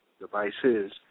devices